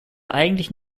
eigentlich